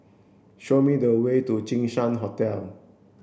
show me the way to Jinshan Hotel